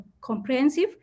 comprehensive